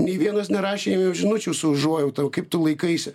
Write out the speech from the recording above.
nei vienas nerašėm žinučių su užuojauta o kaip tu laikaisi